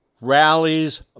rallies